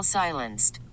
silenced